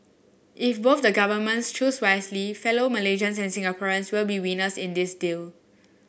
if both the governments choose wisely fellow Malaysians and Singaporeans will be winners in this deal